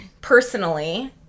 personally